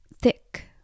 thick